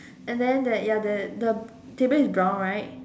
and then there ya there the table is brown right